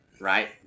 Right